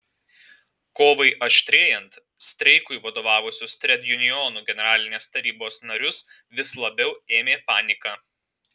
kovai aštrėjant streikui vadovavusius tredjunionų generalinės tarybos narius vis labiau ėmė panika